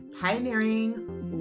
pioneering